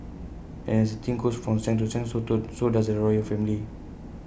as the team goes from strength to strength too so does the royal family